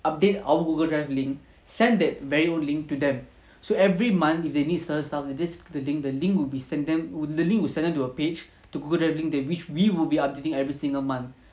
update our Google drive link sent that very link to them so every month if they need certain stuff and this the link will be sent them the link will send them to a page to Google drive and which we will be updating every single month